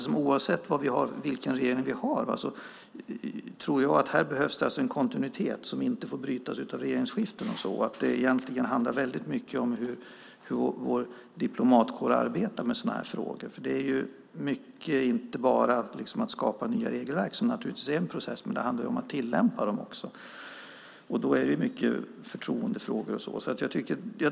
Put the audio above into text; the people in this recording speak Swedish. Oavsett vilken regering vi har tror jag att det behövs en kontinuitet som inte får brytas av regeringsskiften. Egentligen handlar det väldigt mycket om hur vår diplomatkår arbetar med sådana här frågor. Det handlar ju inte bara om att skapa nya regelverk, som naturligtvis är en process. Det handlar också om att tillämpa dem, och då är det mycket förtroendefrågor.